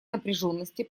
напряженности